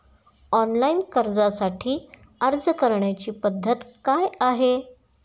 Online कर्जासाठी अर्ज करण्याची पद्धत काय आहे?